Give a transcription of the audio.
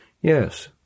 Yes